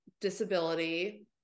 disability